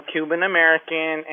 Cuban-American